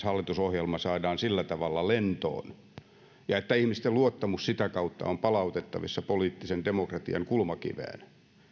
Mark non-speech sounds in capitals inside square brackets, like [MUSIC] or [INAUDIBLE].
[UNINTELLIGIBLE] hallitusohjelma saadaan sillä tavalla lentoon ja että ihmisten luottamus sitä kautta on palautettavissa poliittisen demokratian kulmakiveen